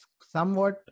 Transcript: somewhat